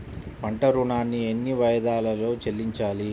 పంట ఋణాన్ని ఎన్ని వాయిదాలలో చెల్లించాలి?